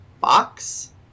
box